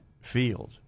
field